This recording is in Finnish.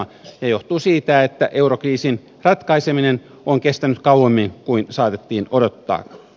se johtuu siitä että eurokriisin ratkaiseminen on kestänyt kauemmin kuin saatettiin odottaa